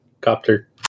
copter